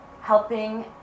helping